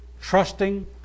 trusting